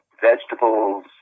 vegetables